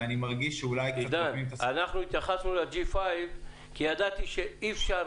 אנחנו התייחסנו ל-5G כי ידעתי שאי אפשר